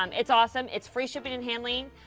um it's awesome, it's free shipping and handling.